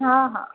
हा हा